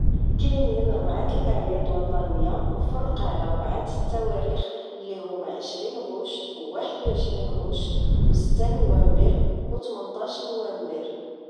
كاينين ربع ديال العطل الوطنية مفرقة على ربعة التواريخ اللي هما١ عشرين غشت واحد و عشرين غشت و ست نونبر و تمنطاش نونبر